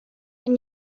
and